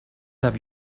have